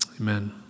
Amen